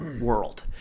world